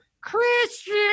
christian